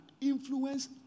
influence